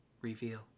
reveal